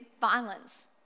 violence